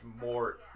more